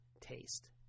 taste